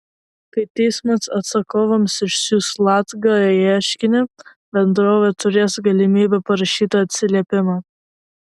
kai teismas atsakovams išsiųs latga ieškinį bendrovė turės galimybę parašyti atsiliepimą